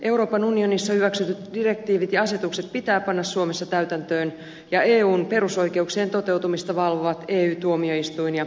euroopan unionissa hyväksytyt direktiivit ja asetukset pitää panna suomessa täytäntöön ja eun perusoikeuksien toteutumista valvovat ey tuomioistuin ja ihmisoikeustuomioistuin